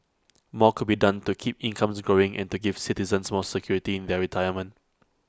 more could be done to keep incomes growing and to give citizens more security in their retirement